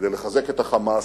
כדי לחזק את ה"חמאס".